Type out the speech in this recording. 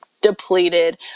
depleted